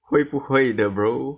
会不会的 bro